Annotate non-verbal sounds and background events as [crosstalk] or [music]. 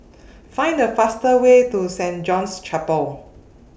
[noise] Find The fastest Way to Saint John's Chapel